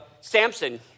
Samson